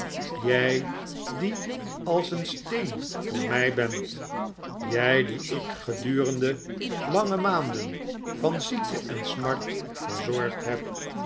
jij die als een steen voor mij bent jij die ik gedurende lange maanden van ziekte en smart verzorgd heb